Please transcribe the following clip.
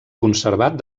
conservat